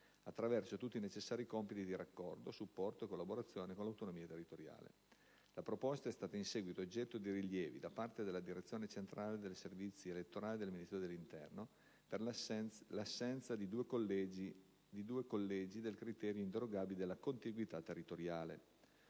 attraverso tutti i necessari compiti di raccordo, supporto e collaborazione con le autonomie territoriali. La proposta è stata in seguito oggetto di rilievi da parte della direzione centrale dei servizi elettorali del Ministero dell'interno, per l'assenza in due collegi del criterio inderogabile della contiguità territoriale.